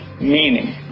meaning